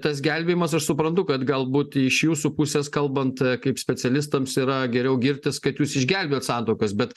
tas gelbėjimas aš suprantu kad galbūt iš jūsų pusės kalbant kaip specialistams yra geriau girtis kad jūs išgelbėjot santuokos bet